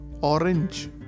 orange